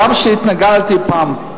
הגם שהתנגדתי פעם,